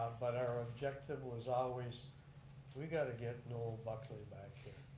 but our objective was always we got to get noel buckley back here.